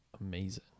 amazing